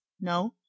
No